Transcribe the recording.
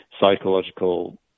psychological